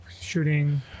shooting